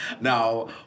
Now